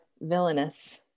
villainous